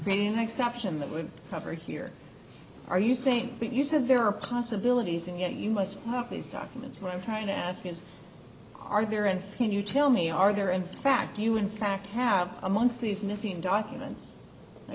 an exception that would cover here are you saying that you said there are possibilities and yet you must have these documents what i'm trying to ask is are there and can you tell me are there in fact do you in fact have amongst these missing documents i